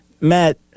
Matt